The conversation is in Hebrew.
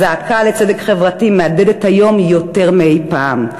הזעקה לצדק חברתי מהדהדת היום יותר מאי-פעם.